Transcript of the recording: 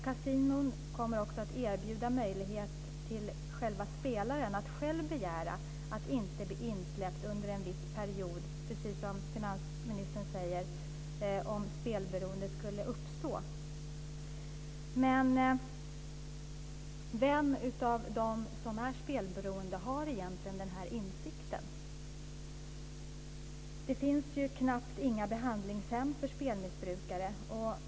Kasinon kommer också att erbjuda möjlighet till spelaren att själv begära att inte bli insläppt under en viss period, precis som finansministern säger, om spelberoende skulle uppstå. Men vem av de som är spelberoende har egentligen den insikten? Det finns knappt några behandlingshem för spelmissbrukare.